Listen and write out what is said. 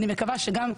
אני מקווה שגם חברי,